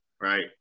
right